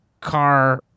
car